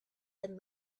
and